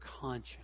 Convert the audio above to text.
conscience